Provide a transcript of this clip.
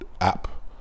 app